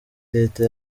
leta